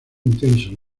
intenso